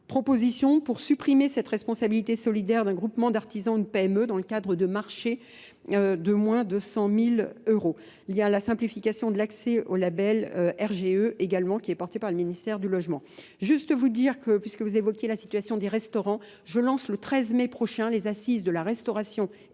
proposition pour supprimer cette responsabilité solidaire d'un groupement d'artisans ou une PME dans le cadre de marchés de moins de 100 000 euros. Il y a la simplification de l'accès au label RGE également qui est porté par le ministère du logement. Juste vous dire que puisque vous évoquez la situation des restaurants, je lance le 13 mai prochain les assises de la restauration